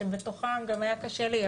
אי אפשר להתחמק מהאירוע הזה,